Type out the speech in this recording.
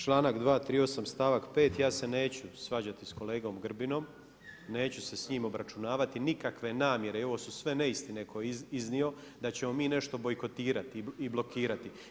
Članak 238. stavak 5. ja se neću svađati s kolegom Grbinom, neću se s njim obračunavati i nikakve namjere, jer ovo su sve neistine koje je iznio, da ćemo mi nešto bojkotirati i blokirati.